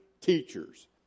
teachers